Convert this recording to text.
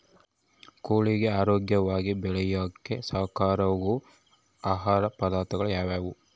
ಕೋಳಿಗೆ ಆರೋಗ್ಯವಾಗಿ ಬೆಳೆಯಾಕ ಸಹಕಾರಿಯಾಗೋ ಆಹಾರ ಪದಾರ್ಥಗಳು ಯಾವುವು?